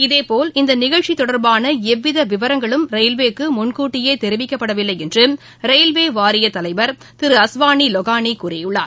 இதேபோல் இந்தநிகழ்ச்சிதொடர்பானஎவ்விதவிவரங்களும் ரயில்வேக்குமுன்கூட்டியேதெரிவிக்கப்படவில்லைஎன்றரயில்வேவாரியத்தலைவா திரு அஸ்வானிலொகானிகூறியுள்ளார்